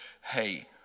Hey